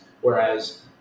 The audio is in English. whereas